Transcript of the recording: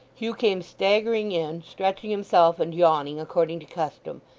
hugh came staggering in, stretching himself and yawning according to custom,